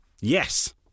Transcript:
Yes